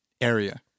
area